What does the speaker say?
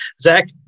Zach